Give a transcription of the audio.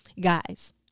guys